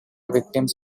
victims